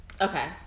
okay